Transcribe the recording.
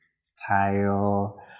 style